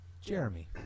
Jeremy